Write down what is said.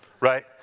right